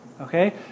okay